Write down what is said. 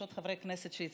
יש עוד חברי כנסת שהצטרפו,